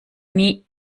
nie